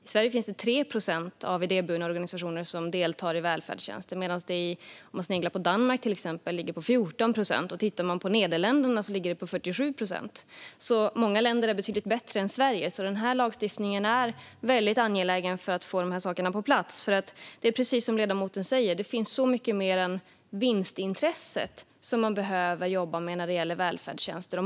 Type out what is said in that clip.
I Sverige är det 3 procent idéburna organisationer som deltar i välfärdstjänster medan andelen i till exempel Danmark ligger på 14 procent. Tittar man på Nederländerna ser man att andelen är 47 procent. Många länder är alltså betydligt bättre än Sverige på det här området, så det är angeläget med en ny lagstiftning för att få de här sakerna på plats. Det är ju precis som ledamoten säger; det finns så mycket mer än vinstintresset som man behöver jobba med när det gäller välfärdstjänster.